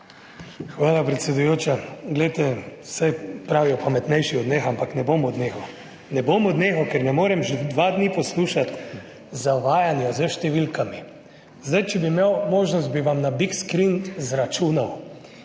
Hvala predsedujoča. Glejte, saj pravijo, pametnejši odneha, ampak ne bom odnehal. Ne bom odnehal, ker ne morem že dva dni poslušati zavajanja s številkami. Če bi imel možnost, bi vam na big screen izračunal.